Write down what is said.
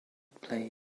play